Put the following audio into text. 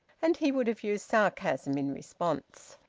and he would have used sarcasm in response.